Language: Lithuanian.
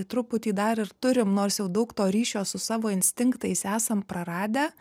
truputį dar ir turim nors jau daug to ryšio su savo instinktais esam praradę